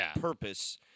purpose